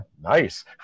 nice